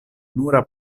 nura